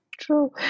true